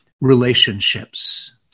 relationships